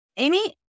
Amy